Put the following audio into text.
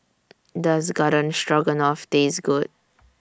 Does Garden Stroganoff Taste Good